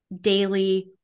daily